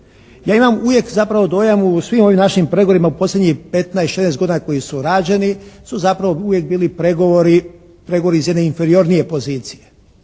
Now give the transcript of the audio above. Ja imam uvijek zapravo dojam u svim ovim našim pregovorima u posljednjih 15, 16 godina koji su rađeni, su zapravo uvijek bili pregovori iz jedne inferiornije pozicije.